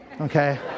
okay